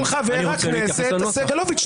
חבר הכנסת סגלוביץ',